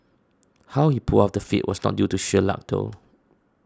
how he pulled off the feat was not due to sheer luck though